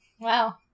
Wow